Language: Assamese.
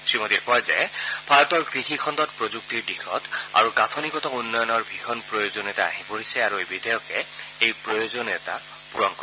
শ্ৰীমোদীয়ে কয় যে ভাৰতৰ কৃষি খণ্ডত প্ৰযুক্তিৰ দিশত আৰু গাঁথনিগত উন্নয়নৰ ভীষণ প্ৰয়োজনীয়তা আহি পৰিছে আৰু এই বিধেয়কে এই প্ৰয়োজনীয়তা পূৰণ কৰিব